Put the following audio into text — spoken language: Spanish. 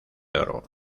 oro